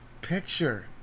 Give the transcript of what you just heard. picture